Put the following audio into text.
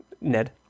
Ned